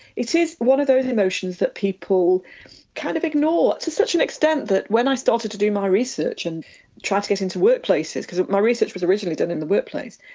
it is one of those emotions that people kind of ignore, to such an extent that when i started to do my research and tried to get into workplaces, because my research was originally done in the workplace,